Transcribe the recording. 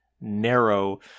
narrow